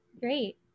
great